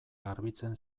garbitzen